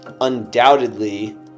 undoubtedly